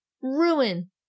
Ruin